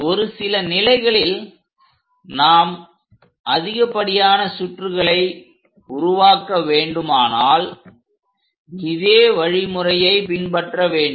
ஒரு சில நிலைகளில் நாம் அதிகப்படியான சுற்றுகளை உருவாக்க வேண்டுமானால் இதே வழிமுறையை பின்பற்ற வேண்டும்